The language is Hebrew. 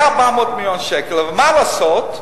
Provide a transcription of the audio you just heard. היה 400 מיליון שקל, אבל מה לעשות,